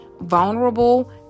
vulnerable